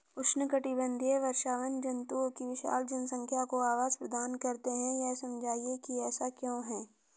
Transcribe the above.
उष्णकटिबंधीय वर्षावन जंतुओं की विशाल जनसंख्या को आवास प्रदान करते हैं यह समझाइए कि ऐसा क्यों है?